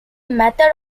method